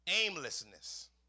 aimlessness